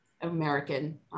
American